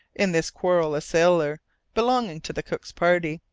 in this quarrel a sailor belonging to the cook's party,